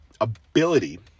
ability